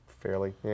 fairly